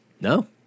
No